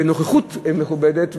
בנוכחות מכובדת,